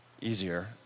Easier